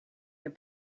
your